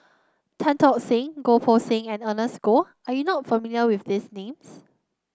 Tan Tock Seng Goh Poh Seng and Ernest Goh are you not familiar with these names